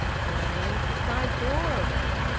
did i leave the side door open?